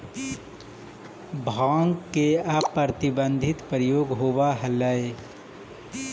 भाँग के अप्रतिबंधित प्रयोग होवऽ हलई